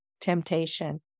temptation